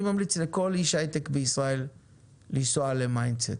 אני ממליץ לכל איש היי-טק בישראל לנסוע ל-Mindset,